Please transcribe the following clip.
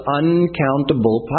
uncountable